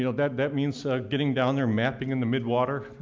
you know that that means getting down there, mapping in the midwater,